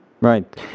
Right